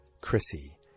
Chrissy